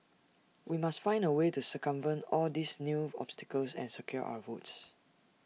we must find A way to circumvent all these new obstacles and secure our votes